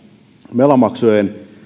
velanmaksujen